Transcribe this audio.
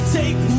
take